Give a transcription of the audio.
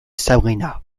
sabrina